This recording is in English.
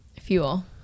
Fuel